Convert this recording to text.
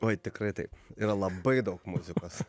oi tikrai taip yra labai daug muzikos